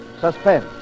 Suspense